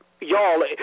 y'all